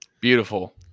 Beautiful